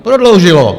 Prodloužilo!